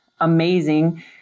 amazing